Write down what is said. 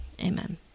Amen